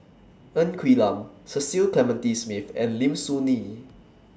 Ng Quee Lam Cecil Clementi Smith and Lim Soo Ngee